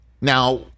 Now